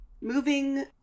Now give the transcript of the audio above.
moving